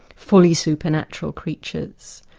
fully supernatural creatures,